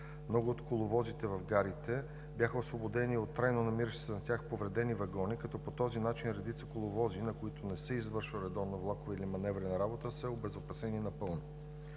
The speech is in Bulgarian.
Много от коловозите в гарите бяха освободени от трайно намиращи се на тях повредени вагони, като по този начин редица коловози, на които не се извършва редовна влакова или маневрена работа, са обезопасени напълно.